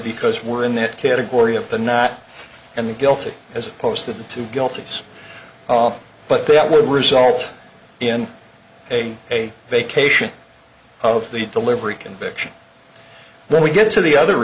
because we're in that category of the not and the guilty as opposed to guilty but that would result in a a vacation of the delivery conviction then we get to the other